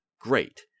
great